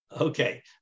Okay